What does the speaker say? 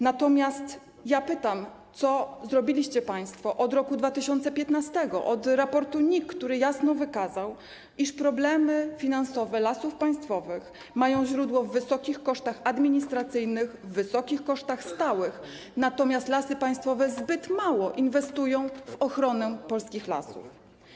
Natomiast pytam: Co zrobiliście państwo od roku 2015, od czasu ogłoszenia raportu NIK, który jasno wykazał, iż problemy finansowe Lasów Państwowych mają źródło w wysokich kosztach administracyjnych, w wysokich kosztach stałych, natomiast Lasy Państwowe zbyt mało inwestują w ochronę polskich lasów?